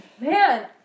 Man